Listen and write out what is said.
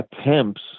attempts